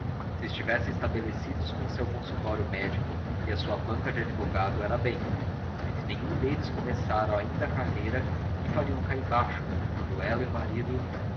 se estivessem estabelecidos com o seu consultório médico e a sua banca de advogado era bem mas se nenhum deles começara ainda a carreira que fariam cá embaixo quando ela e o marido